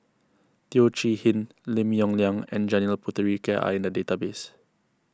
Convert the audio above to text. Teo Chee Hean Lim Yong Liang and Janil Puthucheary are in the database